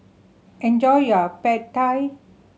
enjoy your Pad Thai